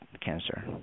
cancer